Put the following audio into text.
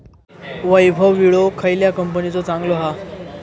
वैभव विळो खयल्या कंपनीचो चांगलो हा?